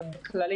ובכלל,